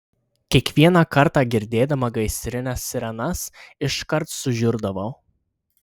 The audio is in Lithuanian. kiekvieną kartą girdėdama gaisrinės sirenas iškart sužiurdavau